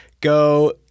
go